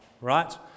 right